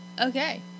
Okay